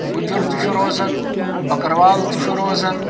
گُجُر تہِ چھُ روزان بٔکٕروال تہِ چھُ روزان